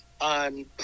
on